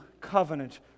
covenant